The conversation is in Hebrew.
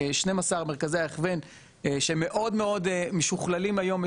12 מרכזי ההכוון שהם מאוד מאוד משוכללים היום,